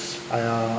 !aiya!